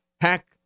hack